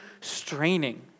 straining